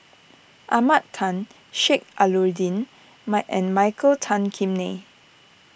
Ahmad Khan Sheik Alau'ddin my and Michael Tan Kim Nei